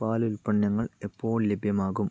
പാല് ഉൽപ്പന്നങ്ങൾ എപ്പോൾ ലഭ്യമാകും